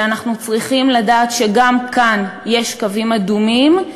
אלא אנחנו צריכים לדעת שגם כאן יש קווים אדומים,